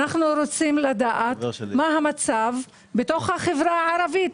אנחנו רוצים לדעת מה המצב בתוך החברה ערבית,